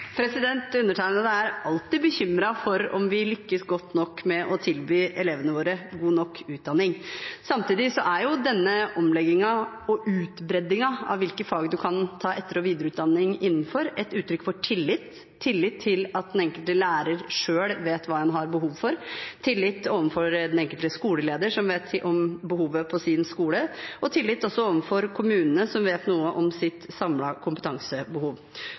tilby elevene våre god nok utdanning. Samtidig er denne omleggingen og utbreddingen av hvilke fag man kan ta etter- og videreutdanning innenfor, et uttrykk for tillit – tillit til at den enkelte lærer selv vet hva en har behov for, tillit overfor den enkelte skoleleder, som vet om behovet på sin skole, og tillit overfor kommunene, som vet noe om sitt samlede kompetansebehov.